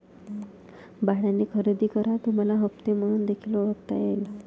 भाड्याने खरेदी करा तुम्हाला हप्ते म्हणून देखील ओळखता येईल